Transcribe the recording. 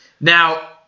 Now